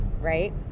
right